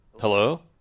Hello